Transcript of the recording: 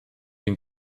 den